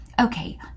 okay